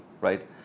right